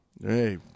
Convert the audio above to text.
Hey